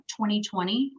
2020